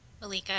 Malika